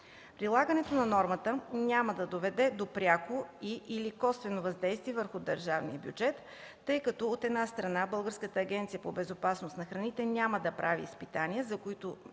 Прилагането на нормата няма да доведе до пряко и/или косвено въздействие върху държавния бюджет, тъй като от една страна Българската агенция по безопасност на храните няма да прави изпитвания, за които